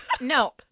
No